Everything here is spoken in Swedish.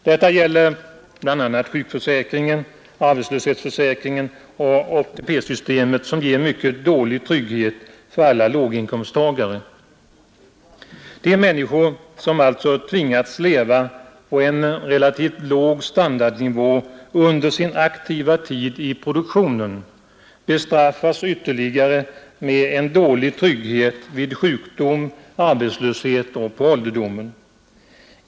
Detta gäller bl.a. sjukförsäkringen, arbetslöshetsförsäkringen och ATP-systemet som ger en mycket dålig trygghet för alla låginkomsttagare. De människor som alltså tvingats leva på en relativt låg standardnivå under sin aktiva tid i produktionen bestraffas ytterligare med en dålig trygghet vid sjukdom, arbetslöshet och på ålderdomen.